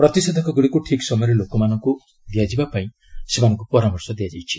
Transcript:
ପ୍ରତିଷେଧକ ଗୁଡ଼ିକୁ ଠିକ୍ ସମୟରେ ଲୋକମାନଙ୍କୁ ଦିଆଯିବା ପାଇଁ ସେମାନଙ୍କୁ ପରାମର୍ଶ ଦିଆଯାଇଛି